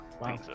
Wow